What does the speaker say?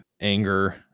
anger